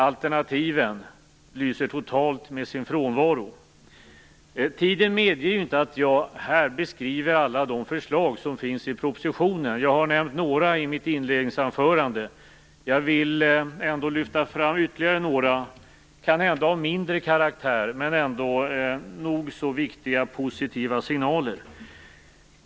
Alternativen lyser totalt med sin frånvaro. Tiden medger inte att jag här beskriver alla de förslag som finns i propositionen. Jag har nämnt några i mitt inledningsanförande. Jag vill ändå lyfta fram ytterligare några, kanhända mindre viktiga till sin karaktär men med nog så viktiga positiva signaler.